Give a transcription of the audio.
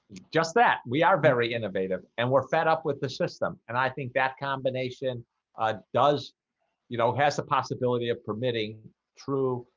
just that we are very innovative and we're fed up with the system and i think that combination does you know has a possibility of permitting true?